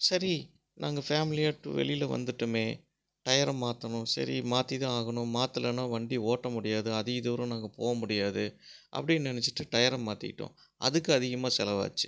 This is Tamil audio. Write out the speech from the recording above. சரி நாங்கள் ஃபேமிலியாக வெளியில் வந்துவிட்டோமே டயரை மாற்றணும் சரி மாற்றி தான் ஆகணும் மாற்றலனா வண்டி ஓட்ட முடியாது அதிக தூரம் நாங்கள் போக முடியாது அப்படின்னு நினச்சிட்டு டயரை மாற்றிட்டோம் அதுக்கு அதிகமாக செலவாச்சு